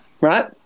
Right